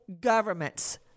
government's